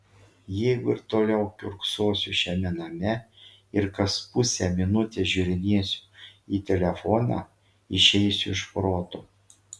jeigu ir toliau kiurksosiu šiame name ir kas pusę minutės žiūrinėsiu į telefoną išeisiu iš proto